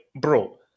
bro